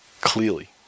clearly